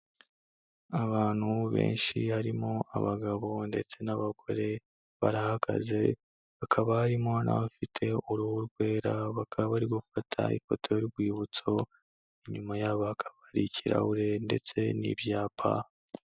Abantu benshi harimo abagabo ndetse n'abagore barahagaze hakaba harimo n'abafite uruhu rwera, bakaba bari gufata ifoto y'urwibutso, inyuma yabo hakaba hari ikirahure ndetse n'ibyapa.